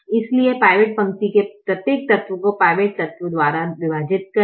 इसलिए पिवोट पंक्ति के प्रत्येक तत्व को पिवोट तत्व द्वारा विभाजित करें